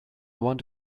want